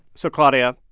so claudia,